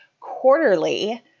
quarterly